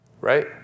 Right